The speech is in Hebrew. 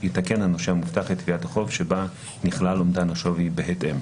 יתקן הנושה המובטח את תביעת החוב שבה נכלל אומדן השווי בהתאם.